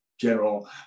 general